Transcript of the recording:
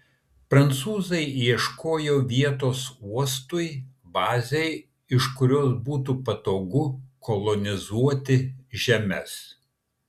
prancūzai ieškojo vietos uostui bazei iš kurios būtų patogu kolonizuoti žemes